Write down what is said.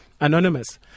anonymous